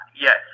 Yes